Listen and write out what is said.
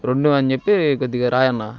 రెండు అని చెప్పి కొద్దిగా రాయి అన్నా